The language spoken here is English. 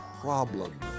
problem